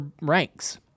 ranks